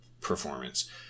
performance